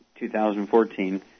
2014